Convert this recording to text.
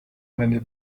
meine